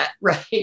right